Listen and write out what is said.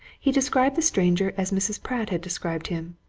he described the stranger as mrs. pratt had described him,